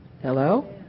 Hello